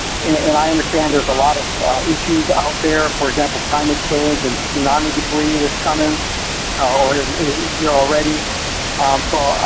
and and i understand there's a lot of issues out there. for example, climate change and the tsunami debris that's coming or is is yeah already so